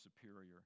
superior